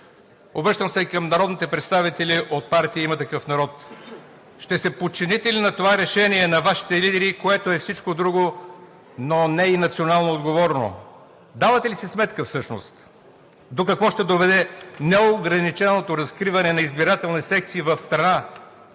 Обръщам се и към народните представители от партия „Има такъв народ“: ще се подчините ли на това решение на Вашите лидери, което е всичко друго, но не и национално отговорно? Давате ли си сметка всъщност до какво ще доведе неограниченото разкриване на избирателни секции в страна,